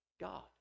God